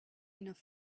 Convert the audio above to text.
enough